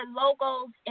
logos